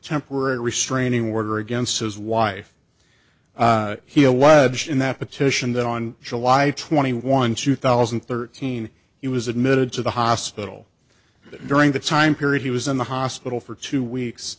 temporary restraining order against his wife he alleged in that petition that on july twenty one two thousand and thirteen he was admitted to the hospital during the time period he was in the hospital for two weeks